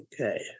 Okay